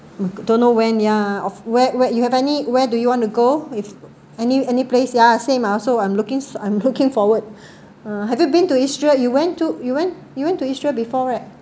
don't know when ya of where where you have any where do you want to go if any any place ya same I also I'm looking I'm looking forward have you been to israel you went to you went you went to israel before right